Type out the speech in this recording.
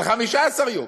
על 15 יום,